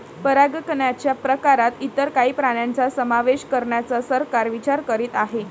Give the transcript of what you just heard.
परागकणच्या प्रकारात इतर काही प्राण्यांचा समावेश करण्याचा सरकार विचार करीत आहे